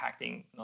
impacting